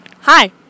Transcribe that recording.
Hi